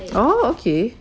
orh okay